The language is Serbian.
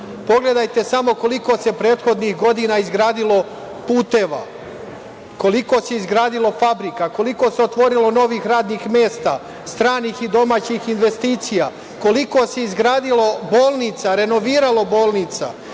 Pogledajte samo koliko se prethodnih godina izgradilo puteva, koliko se izgradilo fabrika, koliko se otvorilo novih radnih mesta, stranih i domaćih investicija, koliko se izgradilo bolnica, renoviralo bolnica,